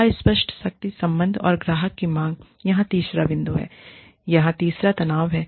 अस्पष्ट शक्ति संबंध और ग्राहक की मांग यहां तीसरा बिंदु है यहां तीसरा तनाव है